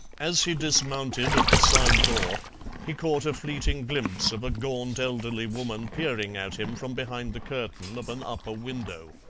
as he dismounted at the side door he caught a fleeting glimpse of a gaunt, elderly woman peering at him from behind the curtain of an upper window.